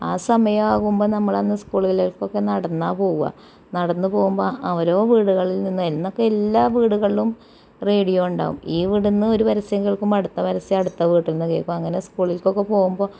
ആ സമയാകുമ്പോൾ നമ്മൾ അന്നു സ്കൂളുകളിലേക്കൊക്കെ നടന്നാണ് പോകുക നടന്ന് പോകുമ്പോൾ ഓരോ വീടുകളിൽ നിന്ന് അന്നൊക്കെ എല്ലാ വീടുകളിലും റേഡിയോ ഉണ്ടാകും ഈ വീട് എന്ന് ഒരു പരസ്യം കേൾക്കുമ്പോൾ അടുത്ത പരസ്യം അടുത്ത വീട്ടിൽ നിന്ന് കേൾക്കും അങ്ങനെ സ്കൂളിലൊക്കെ പോകുമ്പോൾ